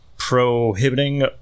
prohibiting